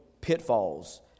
pitfalls